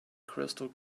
crystal